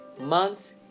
months